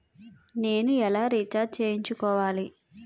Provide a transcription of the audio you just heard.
నేను ఎలా రీఛార్జ్ చేయించుకోవాలి?